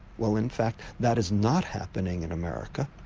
well in fact that is not happening in america.